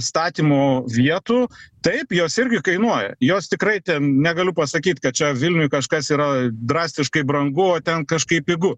statymo vietų taip jos irgi kainuoja jos tikrai ten negaliu pasakyt kad čia vilniuj kažkas yra drastiškai brangu o ten kažkaip pigu